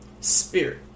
Spirit